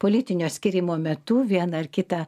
politinio skyrimo metu vieną ar kitą